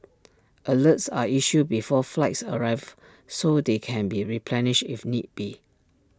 alerts are issued before flights arrive so they can be replenished if need be